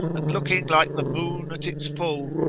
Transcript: and looking like the moon at its full,